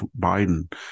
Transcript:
biden